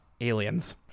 aliens